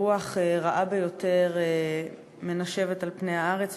רוח רעה ביותר מנשבת על-פני הארץ,